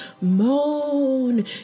moan